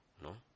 No